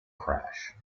crash